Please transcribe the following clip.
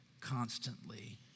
constantly